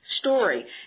story